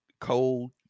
cold